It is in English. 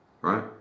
right